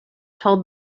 told